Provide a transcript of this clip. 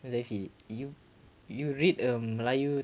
huzaifi you you read a melayu